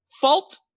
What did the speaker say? Fault